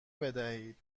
بدهید